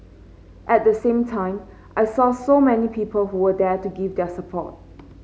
at the same time I saw so many people who were there to give their support